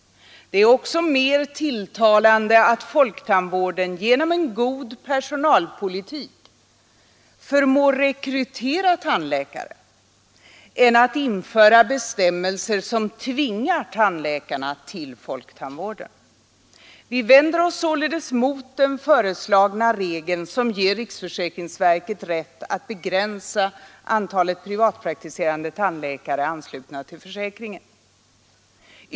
Det är också mer tilltalande att genom en god personalpolitik förmå rekrytera tandläkare till folktandvården än att införa bestämmelser som tvingar tandläkarna till folktandvården. Vi vänder oss således mot den föreslagna regeln, som ger riksförsäkringsverket rätt att begränsa antalet privatpraktiserande tandläkare anslutna till försäkringen.